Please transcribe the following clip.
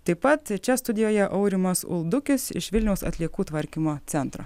taip pat čia studijoje aurimas uldukis iš vilniaus atliekų tvarkymo centro